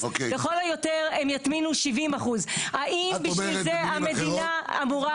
לכל היותר הם יטמינו 70%. האם בשביל זה המדינה אמורה